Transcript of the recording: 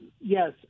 yes –